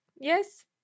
Yes